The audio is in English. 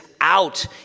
out